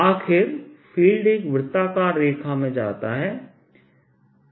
आखिर फील्ड एक वृत्ताकार रेखा में जाता है